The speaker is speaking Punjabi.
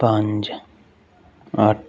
ਪੰਜ ਅੱਠ